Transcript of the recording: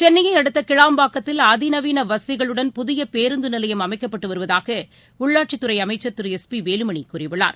சென்னையைஅடுத்தகிளாம்பாக்கத்தில் அதிநவீனவசதிகளுடன் புதியபேருந்துநிலையம் அமைக்கப்பட்டுவருவதாகஉள்ளாட்சித்துறைஅமைச்சர் திரு எஸ் பிவேலுமணிகூறியுள்ளார்